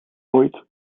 ooit